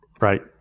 Right